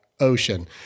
ocean